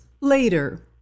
later